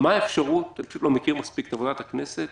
אני לא מכיר מספיק את עבודת הכנסת